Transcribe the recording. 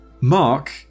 Mark